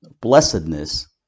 blessedness